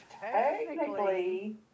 technically